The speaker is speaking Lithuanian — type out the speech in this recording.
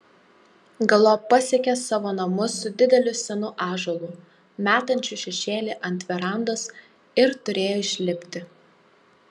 galop pasiekė savo namus su dideliu senu ąžuolu metančiu šešėlį ant verandos ir turėjo išlipti